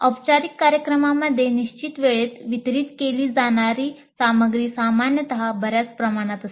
औपचारिक कार्यक्रमांमध्ये निश्चित वेळेत वितरित केली जाणारी सामग्री सामान्यत बऱ्याच प्रमाणात असते